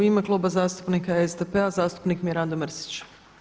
U ime Kluba zastupnika SDP-a zastupnik Mirando Mrsić.